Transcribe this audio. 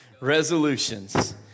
resolutions